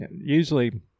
Usually